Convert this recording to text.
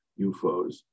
UFOs